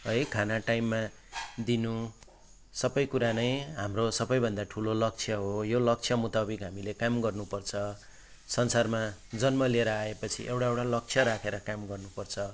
है खाना टाइममा दिनु सबै कुरा नै हाम्रो सबैभन्दा ठुलो लक्ष्य हो यो लक्ष्य मुताबिक हामीले काम गर्नुपर्छ संसारमा जन्म लिएर आएपछि एउटा एउटा लक्ष्य राखेर काम गर्नुपर्छ